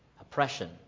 Oppression